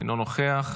אינו נוכח,